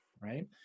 right